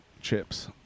Chips